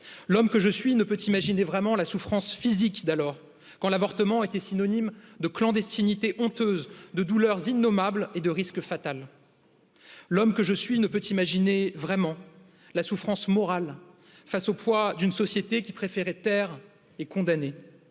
l'homme que je suis ne peut imaginer vraiment la souffrance ph physique d'alors quand l'avortement était synonyme de clandestinité honteuse, de douleurs innommables et de risques fatal. L'homme que je suis ne peut imaginer vraiment la souffrance morale face au poids d'une société qui préférait taire et condamner.